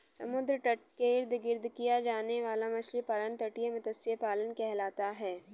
समुद्र तट के इर्द गिर्द किया जाने वाला मछली पालन तटीय मत्स्य पालन कहलाता है